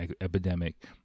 epidemic